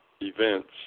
events